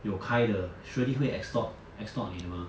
有开的 surely 会 extort extort 你的 mah